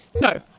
No